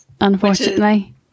unfortunately